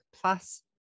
plus